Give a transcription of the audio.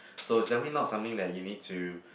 so is definite not something that you need to